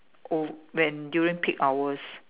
oh when during peak hours